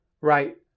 right